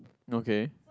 okay